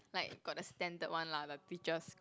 like got the standard one lah the teachers